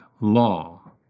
law